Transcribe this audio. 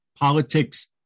Politics